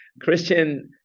Christian